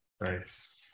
Nice